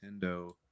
Nintendo